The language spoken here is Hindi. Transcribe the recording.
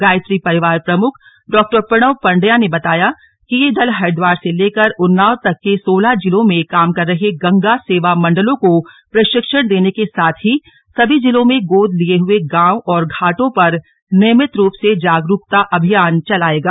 गायत्री परिवार प्रमुख डॉ प्रणव पण्ड्या ने बताया कि ये दल हरिद्वार से लेकर उन्नाव तक के सोलह जिलों में काम कर रहे गंगा सेवा मण्डलों को प्रशिक्षण देने के साथ ही सभी जिलों में गोद लिये हुए गांव और घाटों पर नियमित रूप से जागरूकता अभियान चलाएगा